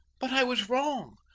but i was wrong,